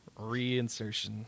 reinsertion